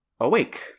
Awake